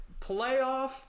playoff